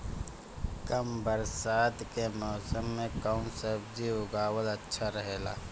कम बरसात के मौसम में कउन सब्जी उगावल अच्छा रहेला?